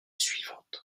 suivante